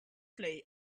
play